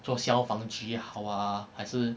做消防局好啊还是